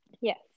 Yes